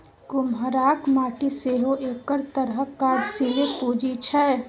कुम्हराक माटि सेहो एक तरहक कार्यशीले पूंजी छै